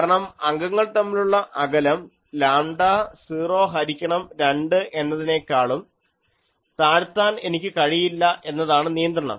കാരണം അംഗങ്ങൾ തമ്മിലുള്ള അകലം ലാംഡ 0 ഹരിക്കണം 2 എന്നതിനേക്കാളും താഴ്ത്താൻ എനിക്ക് കഴിയില്ല എന്നതാണ് നിയന്ത്രണം